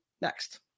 next